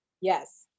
Yes